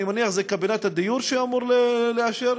אני מניח שזה קבינט הדיור שאמור לאשר,